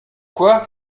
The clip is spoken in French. quoi